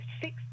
six